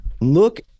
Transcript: Look